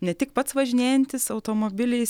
ne tik pats važinėjantis automobiliais